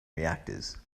reactors